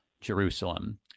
Jerusalem